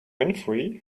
winfrey